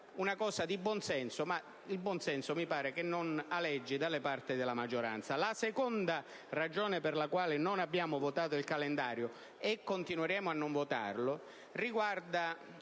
una cosa di buon senso. Mi sembra però che il buon senso non aleggi dalle parti della maggioranza. La seconda ragione per la quale non abbiamo votato il calendario e continueremo a non votarlo riguarda